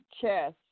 chess